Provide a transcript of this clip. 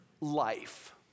life